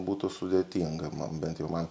būtų sudėtinga man bent jau man